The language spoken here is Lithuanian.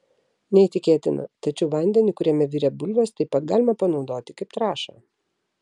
neįtikėtina tačiau vandenį kuriame virė bulvės taip pat galima panaudoti kaip trąšą